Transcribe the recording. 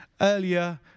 earlier